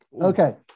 okay